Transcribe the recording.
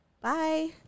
Bye